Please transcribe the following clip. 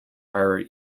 are